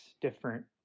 different